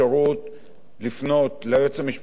לפנות ליועץ המשפטי לממשלה,